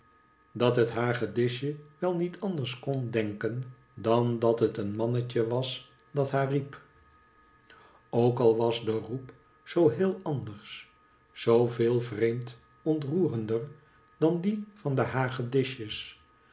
dat het hagedisje wel niet anders kon denken dan dat het een mannetje was dat haar riep ook al was de roep zoo heel anders zoo veel vreemd ontroerender dan die van de hagedisjes